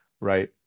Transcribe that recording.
right